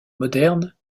moderne